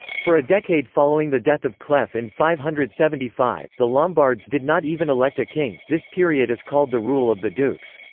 for a decade following the death of cleph in five hundred and seventy five, the lombards did not even elect a king this period is called the rule of the dukes.